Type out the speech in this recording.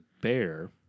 bear